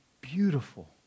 beautiful